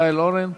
מיכאל אורן פה,